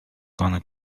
gonna